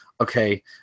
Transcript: Okay